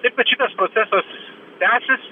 taip pat šitas procesas tęsis